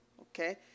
okay